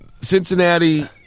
Cincinnati